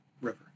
river